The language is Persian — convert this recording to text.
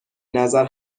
نظر